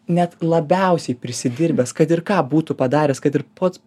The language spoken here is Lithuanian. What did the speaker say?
net labiausiai prisidirbęs kad ir ką būtų padaręs kad ir pats